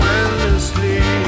endlessly